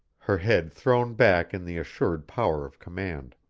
her head thrown back in the assured power of command.